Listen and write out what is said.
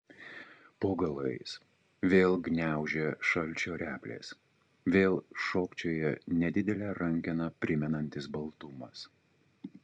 po galais vėl gniaužia šalčio replės vėl šokčioja nedidelę rankeną primenantis baltumas